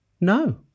no